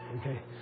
okay